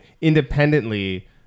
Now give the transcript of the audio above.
independently